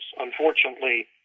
Unfortunately